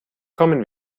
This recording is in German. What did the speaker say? kommen